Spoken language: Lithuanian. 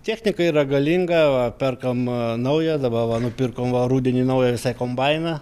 technika yra galinga va perkam naują dabar va nupirkome va rudenį naują visai kombainą